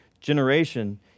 generation